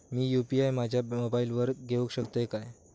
मी UPI माझ्या मोबाईलावर घेवक शकतय काय?